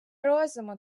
розуму